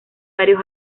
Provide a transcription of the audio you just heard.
varios